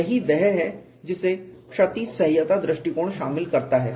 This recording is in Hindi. यही वह है जिसे क्षति सह्यता दृष्टिकोण शामिल करता है